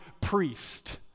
priest